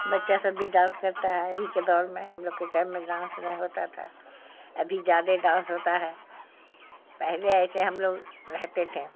بچہ سب بھی ڈانس کرتا ہے ابھی کے دور میں ہم لوگ کے ٹائم میں ڈانس نہیں ہوتا تھا ابھی زیادہ ڈانس ہوتا ہے پہلے ایسے ہم لوگ رہتے تھے